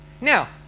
Now